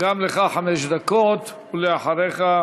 גם לך חמש דקות, ואחריך,